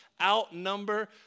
outnumber